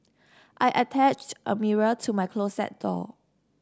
I attached a mirror to my closet door